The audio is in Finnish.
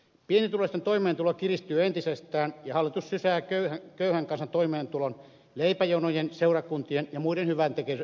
pienituloisten toimeentulo kiristyy entisestään ja hallitus sysää köyhän kansan toimeentulon leipäjonojen seurakuntien ja muiden hyväntekeväisyysjärjestöjen varaan